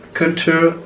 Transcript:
culture